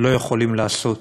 לא יכולים לעשות.